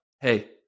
hey